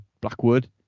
Blackwood